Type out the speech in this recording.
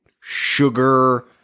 sugar